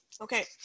Okay